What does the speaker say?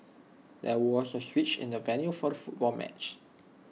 there was A switch in the venue for the football match